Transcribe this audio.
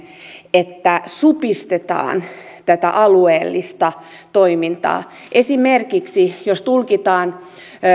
että supistetaan tätä alueellista toimintaa jos esimerkiksi tulkitaan